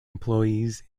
employees